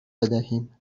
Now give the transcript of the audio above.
بدهیم